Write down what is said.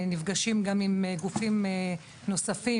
נפגשים גם עם גופים נוספים,